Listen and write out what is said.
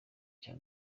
cya